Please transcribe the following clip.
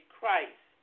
Christ